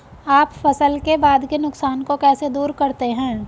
आप फसल के बाद के नुकसान को कैसे दूर करते हैं?